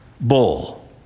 Bull